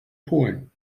polen